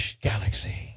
galaxy